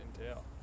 entail